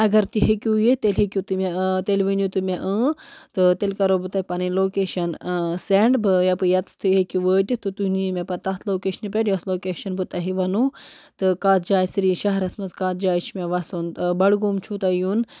اگر تُہۍ ہیٚکِو یِتھ تیٚلہِ ہیٚکِو تُہۍ مےٚ تیٚلہِ ؤنِو تُہۍ مےٚ اۭں تہٕ تیٚلہِ کَرو بہٕ تۄہہِ پَنٕنۍ لوکیشَن سٮ۪نٛڈ بہٕ یپہٕ یَتَس تُہۍ ہیٚکِو وٲتِتھ تہٕ تُہۍ نِیِو مےٚ پَتہٕ تَتھ لوکیشنہِ پٮ۪ٹھ یۄس لوکیشَن بہٕ تۄہہِ وَنو تہٕ کَتھ جایہِ سری شہرَس منٛز کَتھ جایہِ چھِ مےٚ وَسُن بَڈٕگوم چھُو تۄہہِ یُن